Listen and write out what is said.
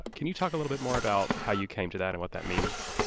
can you talk a little bit more about how you came to that and what that means?